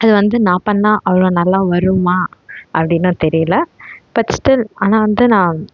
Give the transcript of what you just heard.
அது வந்து நான் பண்ணா அவ்வளோ நல்லா வருமா அப்படின்னும் தெரியலை பட் ஸ்டில் ஆனால் வந்து நான்